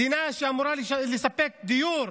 מדינה שאמורה לספק דיור,